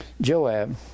Joab